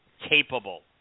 capable